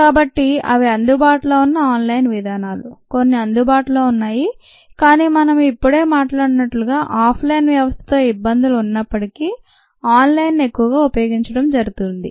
కాబట్టి అవి అందుబాటులో ఉన్న ఆన్ లైన్ విధానాలు కొన్ని అందుబాటులో ఉన్నాయి కానీ మనము ఇప్పుడే మాట్లాడినట్లుగా ఆఫ్ లైన్ వ్యవస్థతో ఇబ్బందులు ఉన్నప్పటికీ ఆఫ్ లైన్ ఎక్కువగా ఉపయోగించబడుతుంది